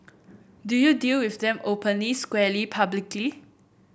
do you deal with them openly squarely publicly